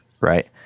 right